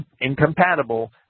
incompatible